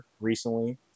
recently